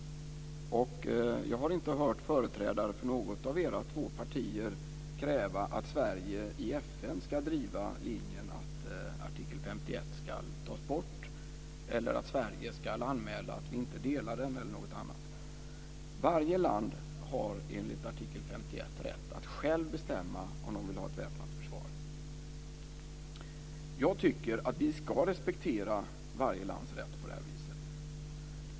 Jag har inte hört företrädare för något av era två partier kräva att Sverige i FN ska driva linjen att artikel 51 ska tas bort eller att Sverige ska anmäla att vi inte instämmer i den eller något annat. Varje land har enligt artikel 51 rätt att självt bestämma om det vill ha ett väpnat försvar. Jag tycker att vi ska respektera varje lands rätt på det här viset.